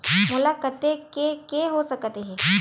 मोला कतेक के के हो सकत हे?